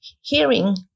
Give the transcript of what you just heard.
hearing